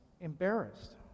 embarrassed